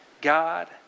God